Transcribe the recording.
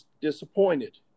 disappointed